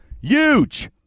Huge